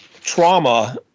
trauma